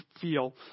feel